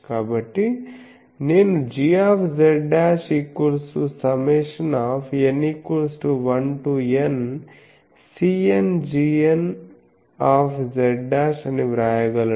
కాబట్టి నేను gz' Σn 1 to Ncn gnz అని వ్రాయగలను